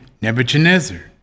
Nebuchadnezzar